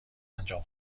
انجام